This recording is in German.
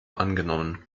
angenommen